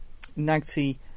NAGTI